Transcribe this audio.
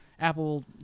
Apple